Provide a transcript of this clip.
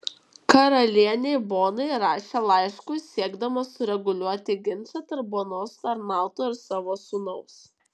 karalienei bonai rašė laiškus siekdama sureguliuoti ginčą tarp bonos tarnautojo ir savo sūnaus